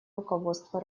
руководство